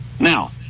Now